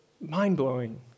mind-blowing